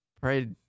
pray